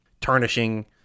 tarnishing